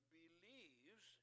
believes